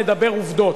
נדבר עובדות,